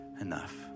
enough